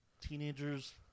Teenagers